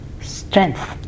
strength